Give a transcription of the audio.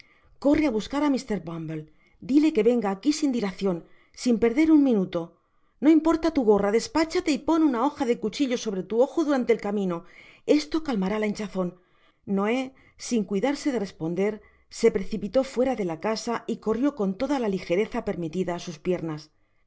corre á buscará mr bumble dile que venga aqui sin dilacion sin perder un minuto no importa tu gorra despachate y por una oja de cuchillo sobre tu ojo durante el camino esto calmará la hinchazon noé sin cuidarse de responder se precipitó fuera de la casa y corrió con toda la ligereza permitida á sus piernas